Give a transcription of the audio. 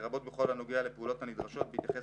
לרבות בכל הנוגע לפעולות הנדרשות בהתייחס